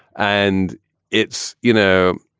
and it's you know,